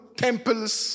temples